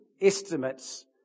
Estimates